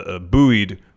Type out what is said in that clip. Buoyed